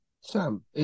Sam